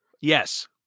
Yes